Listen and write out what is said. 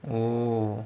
oh